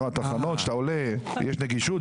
כשאתה עולה יש נגישות,